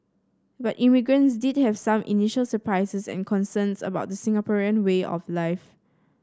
but immigrants did have some initial surprises and concerns about the Singaporean way of life